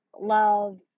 love